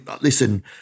listen